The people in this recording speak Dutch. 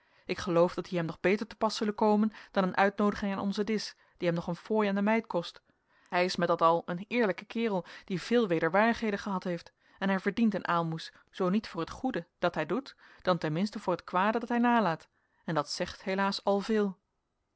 ik geloof dat die hem nog beter te pas zullen komen dan een uitnoodiging aan onzen disch die hem nog een fooi aan de meid kost hij is met dat al een eerlijke kerel die veel wederwaardigheden gehad heeft en hij verdient een aalmoes zoo niet voor het goede dat hij doet dan ten minste voor het kwade dat hij nalaat en dat zegt helaas al veel